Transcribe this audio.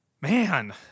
Man